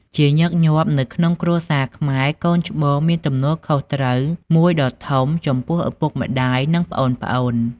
ជាញឹកញាប់ នៅក្នុងគ្រួសារខ្មែរ កូនច្បងមានទំនួលខុសត្រូវមួយដ៏ធំចំពោះឪពុកម្ដាយ និងប្អូនៗ។